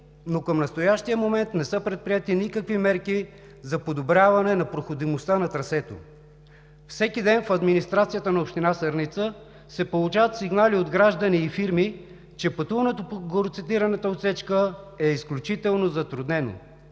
но към настоящия момент не са предприети никакви мерки за подобряване на проходимостта на трасето. Всеки ден в администрацията на община Сърница се получават сигнали от граждани и фирми, че пътуването по горецитираната отсечка е изключително затруднено.